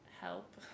help